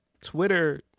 Twitter